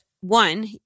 one